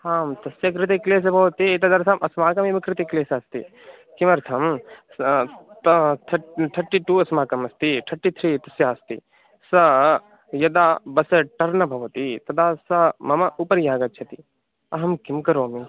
आं तस्य कृते क्लेशः भवति एतदर्थं अस्माकमेव कृते क्लेशः अस्ति किमर्थं सा तु थट् न थर्टि टु अस्माकम् अस्ति थर्टि त्री तस्याः अस्ति सा यदा बस् टर्न् भवति तदा सा मम उपरि आगच्छति अहं किं करोमि